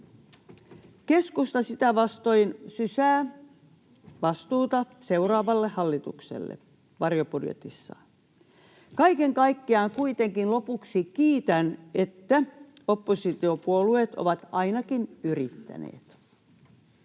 Keskusta sitä vastoin sysää vastuuta seuraavalle hallitukselle varjobudjetissaan. Kaiken kaikkiaan kuitenkin lopuksi kiitän, että oppositiopuolueet ovat ainakin yrittäneet.